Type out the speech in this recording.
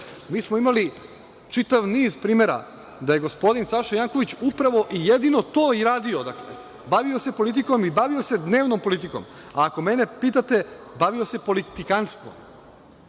smo imali čitav niz primera da je gospodin Saša Janković upravo i jedino to i radio, dakle, bavio se politikom i bavio se dnevnom politikom. Ako mene pitate, bavio se politikanstvom,